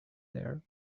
there